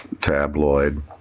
tabloid